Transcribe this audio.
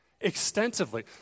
extensively